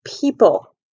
people